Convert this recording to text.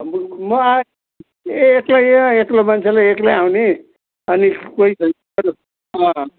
म आएँ एक्लो एक्लो मान्छेलाई एक्लै आउने अनि कोही छैन